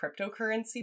cryptocurrency